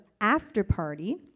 after-party